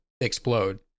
explode